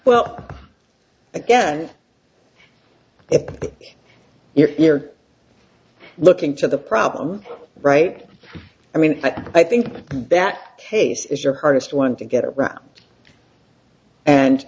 well again if you're looking to the problem right i mean i think that case is your hardest one to get around and